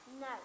No